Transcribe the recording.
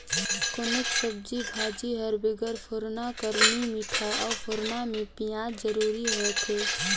कोनोच सब्जी भाजी हर बिगर फोरना कर नी मिठाए अउ फोरना में पियाज जरूरी होथे